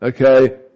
Okay